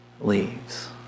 leaves